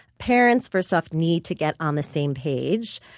parents first off need to get on the same page.